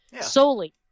Solely